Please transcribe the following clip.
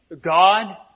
God